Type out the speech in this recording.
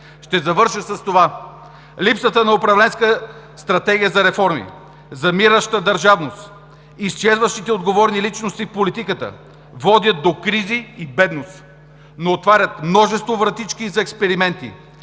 Ще завърша с това: липсата на управленска стратегия за реформи, замираща държавност, изчезващите отговорни личности в политиката водят до кризи и бедност, но отварят множество вратички за експерименти,